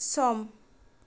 सम